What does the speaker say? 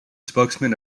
spokesman